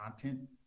content